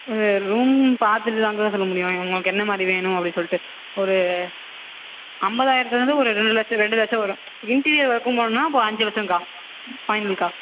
இது ரூமும் பார்த்துட்டுதான்க்கா சொல்ல முடியும் உங்களுக்கு என்ன மாதிரி வேணும் அப்படி சொல்லிட்டு ஒரு ஐம்பதாயிரத்துலேருந்து ஒரு ரெண்டு லட்சம் ரெண்டு லட்சம் வரும் இன்டீரியர் ஒர்க்கும் பண்ணணுன்னால் அப்போது அஞ்சு லட்சம்க்கா ஃபைனல்க்கா